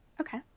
Okay